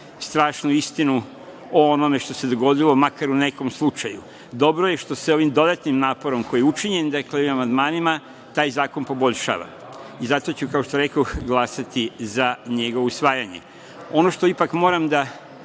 strašnu istinu o onome šta se dogodilo o nekom slučaju. Dobro je što se ovim dodatnim naporom koji je učinjen, dakle, ovim amandmanima, taj zakon poboljšava i zato ću, kao što rekoh, glasati za njegovo usvajanje. Ono što ipak moram da